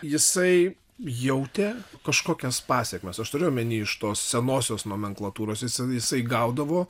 jisai jautė kažkokias pasekmes aš turiu omeny iš tos senosios nomenklatūros jis jisai gaudavo